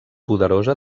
poderosa